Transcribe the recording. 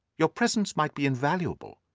your presence might be invaluable.